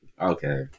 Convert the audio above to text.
okay